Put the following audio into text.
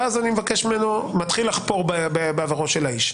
ואז אני מתחיל לחפור בעברו של האיש.